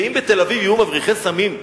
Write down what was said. אם בתל-אביב יהיו מבריחי סמים,